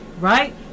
Right